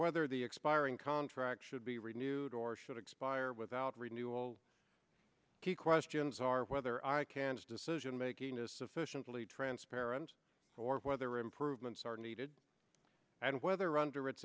whether the expiring contract should be renewed or should expire without renewable key questions are whether i can is decision making is sufficiently transparent or whether improvements are needed and whether under its